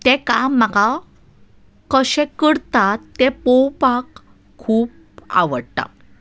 तें काम म्हाका कशें करतात तें पळोवपाक खूब आवडटा